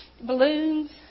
balloons